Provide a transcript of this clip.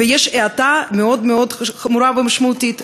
ויש האטה מאוד מאוד חמורה ומשמעותית.